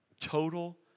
total